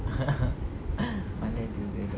monday and tuesday got off